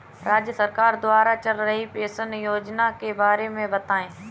राज्य सरकार द्वारा चल रही पेंशन योजना के बारे में बताएँ?